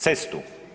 Cestu?